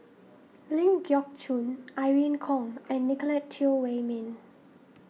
Ling Geok Choon Irene Khong and Nicolette Teo Wei Min